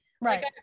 Right